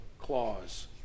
clause